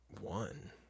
one